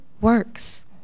works